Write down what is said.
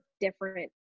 different